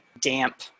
damp